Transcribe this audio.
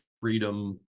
freedom